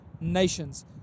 nations